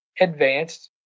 advanced